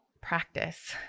practice